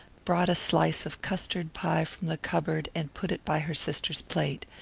brought a slice of custard pie from the cupboard and put it by her sister's plate.